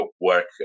work